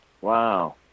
Wow